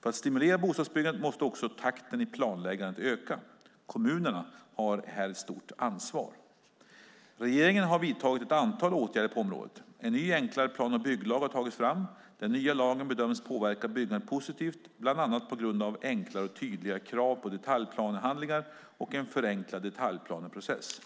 För att stimulera bostadsbyggandet måste också takten i planläggandet öka. Kommunerna har här ett stort ansvar. Regeringen har vidtagit ett antal åtgärder på området. En ny, enklare plan och bygglag har tagits fram. Den nya lagen bedöms påverka byggandet positivt bland annat på grund av enklare och tydligare krav på detaljplanehandlingar och en förenklad detaljplaneprocess.